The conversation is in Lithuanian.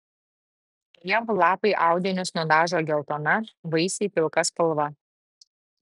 ievų lapai audinius nudažo geltona vaisiai pilka spalva